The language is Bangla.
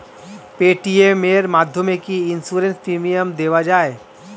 পেটিএম এর মাধ্যমে কি ইন্সুরেন্স প্রিমিয়াম দেওয়া যায়?